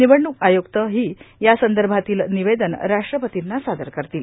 निवडणूक आयुक्त ही या संदर्भातील निवेदन राष्ट्रपर्तींना सादर करतील